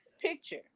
picture